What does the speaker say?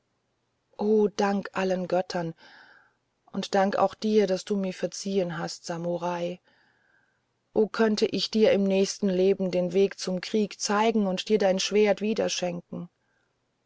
o dank allen göttern und dank auch dir daß du mir verziehen hast samurai o könnte ich dir im nächsten leben den weg zum krieg zeigen und dir dein schwert wieder schenken